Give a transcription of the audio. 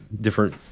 different